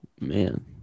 Man